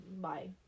bye